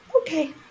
okay